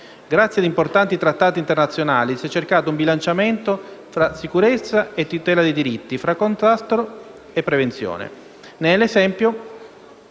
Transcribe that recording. Grazie ad importanti trattati internazionali si è cercato un bilanciamento tra sicurezza e tutela dei diritti, tra contrasto e prevenzione.